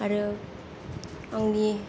आरो आंनि